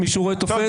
מישהו רואה שאני תופס?